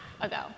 ago